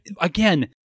again